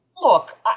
Look